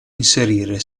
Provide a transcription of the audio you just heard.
inserire